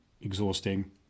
exhausting